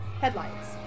headlights